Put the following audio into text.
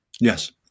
Yes